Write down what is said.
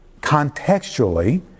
Contextually